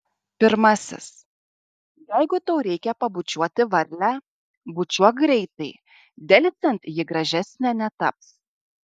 pirmasis jeigu tau reikia pabučiuoti varlę bučiuok greitai delsiant ji gražesnė netaps